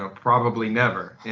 ah probably never,